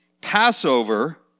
Passover